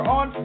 on